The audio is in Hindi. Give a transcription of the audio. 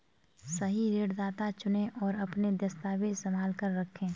सही ऋणदाता चुनें, और अपने दस्तावेज़ संभाल कर रखें